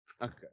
Okay